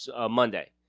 Monday